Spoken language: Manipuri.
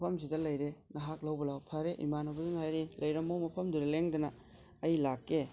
ꯃꯐꯝꯁꯤꯗ ꯂꯩꯔꯦ ꯅꯍꯥꯛ ꯂꯧꯕ ꯂꯥꯎ ꯐꯔꯦ ꯏꯃꯥꯟꯅꯕ ꯉꯥꯏꯔꯦ ꯂꯩꯔꯝꯃꯣ ꯃꯐꯝꯗꯨꯗ ꯂꯦꯡꯗꯅ ꯑꯩ ꯂꯥꯛꯀꯦ